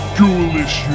Ghoulish